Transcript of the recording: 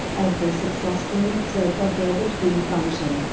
as they successfully exert their go between function,